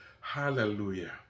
Hallelujah